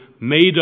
made